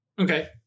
Okay